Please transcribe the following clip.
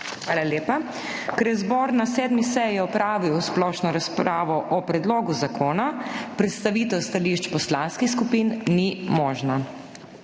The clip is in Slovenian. Hvala lepa. Ker je zbor na sedmi seji opravil splošno razpravo o predlogu zakona, predstavitev stališč poslanskih skupin ni možna.